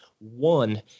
One